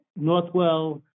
Northwell